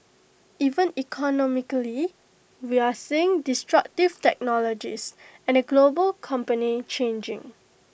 even economically we're seeing destructive technologies and the global company changing